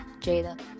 Jada